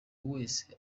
wese